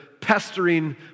pestering